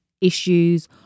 issues